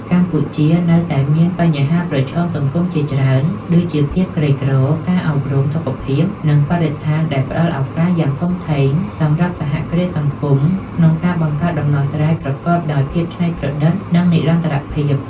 កម្ពុជានៅតែមានបញ្ហាប្រឈមសង្គមជាច្រើន ដូចជាភាពក្រីក្រ ការអប់រំ សុខភាព និងបរិស្ថានដែលផ្តល់ឱកាសយ៉ាងធំធេងសម្រាប់សហគ្រាសសង្គមក្នុងការបង្កើតដំណោះស្រាយប្រកបដោយភាពច្នៃប្រឌិត និងនិរន្តរភាព។